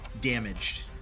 damaged